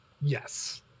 Yes